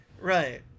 Right